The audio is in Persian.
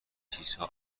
چیزها